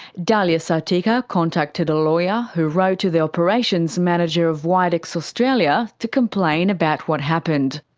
dahlia sartika contacted a lawyer who wrote to the operations manager of widex australia to complain about what happened.